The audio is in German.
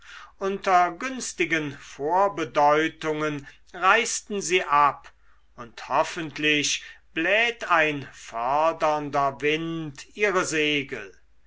unter günstigen vorbedeutungen reisten sie ab und hoffentlich bläht ein fördernder wind ihre segel